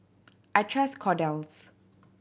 I trust Kordel's